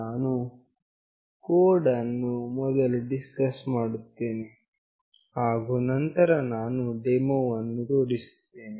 ನಾನು ಕೋಡ್ ಅನ್ನು ಮೊದಲು ಡಿಸ್ಕಸ್ ಮಾಡುತ್ತೇನೆ ಹಾಗು ನಂತರ ನಾನು ಡೆಮೋವನ್ನು ತೋರಿಸುತ್ತೇನೆ